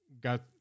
got